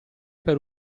per